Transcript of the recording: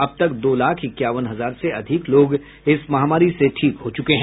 अब तक दो लाख इक्यावन हजार से अधिक लोग इस महामारी से ठीक हो चुके हैं